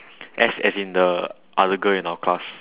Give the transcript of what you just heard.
S as in the other girl in our class